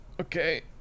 okay